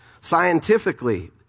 Scientifically